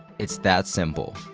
it's that simple.